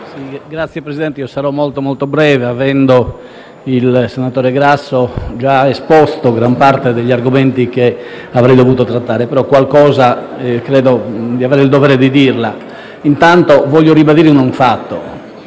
Signor presidente, sarò molto breve, avendo il senatore Grasso già esposto gran parte degli argomenti che avrei dovuto trattare, però qualcosa credo di avere il dovere di dirla. Intanto, voglio ribadire un fatto: